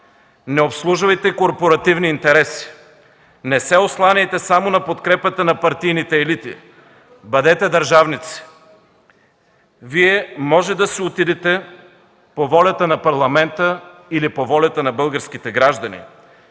Не обслужвайте корпоративни интереси! Не се осланяйте само на подкрепата на партийните елити! Бъдете държавници! Вие може да си отидете по волята на Парламента или по волята на българските граждани,